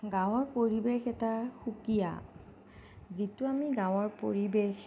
গাঁৱৰ পৰিৱেশ এটা সুকীয়া যিটো আমি গাঁৱৰ পৰিৱেশ